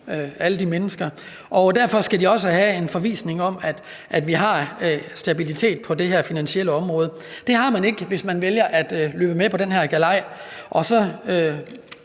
ret almindelige, og derfor skal de også have en forvisning om, at vi har stabilitet på det her finansielle område. Det har man ikke, hvis man vælger at hoppe med på den her galej og give